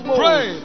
pray